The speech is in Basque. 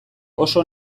oso